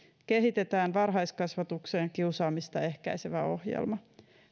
kehitetään varhaiskasvatukseen kiusaamista ehkäisevä ohjelma